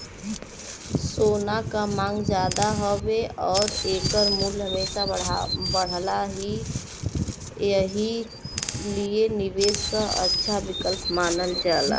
सोना क मांग जादा हउवे आउर एकर मूल्य हमेशा बढ़ला एही लिए निवेश क अच्छा विकल्प मानल जाला